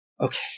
Okay